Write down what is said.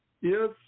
Yes